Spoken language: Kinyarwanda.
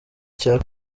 cyo